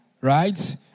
Right